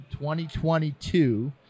2022